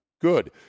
good